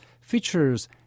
features